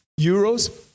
Euros